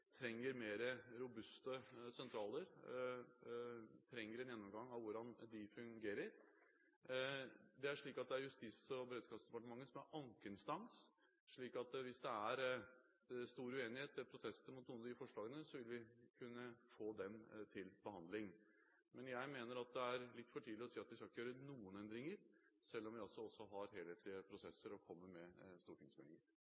trenger mer robuste sentraler og en gjennomgang av hvordan de fungerer. Det er Justis- og beredskapsdepartementet som er ankeinstans, slik at hvis det er stor uenighet eller protester mot noen av de forslagene, vil vi kunne få dem til behandling. Men jeg mener at det er litt for tidlig å si at vi ikke skal gjøre noen endringer, selv om vi altså også har helhetlige